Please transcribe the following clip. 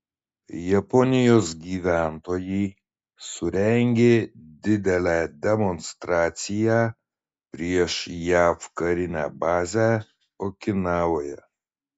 japonijos gyventojai surengė didelę demonstraciją prieš jav karinę bazę okinavoje